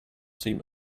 seem